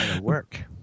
work